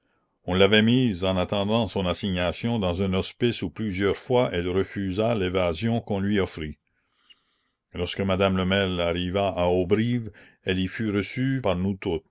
on l'avait mise en attendant son assignation dans un hospice où plusieurs fois elle refusa l'évasion qu'on lui offrit lorsque madame lemel arriva à auberive elle y fut reçue par nous